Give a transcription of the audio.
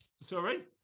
Sorry